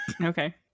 Okay